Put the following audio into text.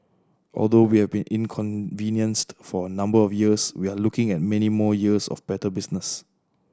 although we have been inconvenienced for a number of years we are looking at many more years of better business